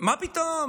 מה פתאום?